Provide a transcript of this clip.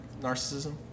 narcissism